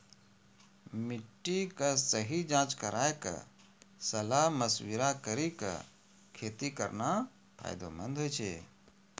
मिट्टी के सही जांच कराय क सलाह मशविरा कारी कॅ खेती करना फायदेमंद होय छै